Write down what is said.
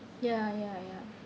ya ya ya